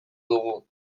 dugu